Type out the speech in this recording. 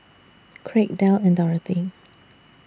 Kraig Del and Dorathy